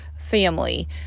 family